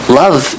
love